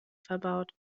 verbaut